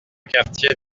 quartier